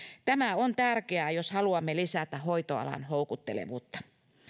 tämä on tärkeää jos haluamme lisätä hoitoalan houkuttelevuutta